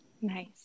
nice